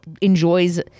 enjoys